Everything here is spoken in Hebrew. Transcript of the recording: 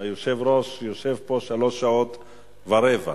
היושב-ראש יושב פה שלוש שעות ורבע.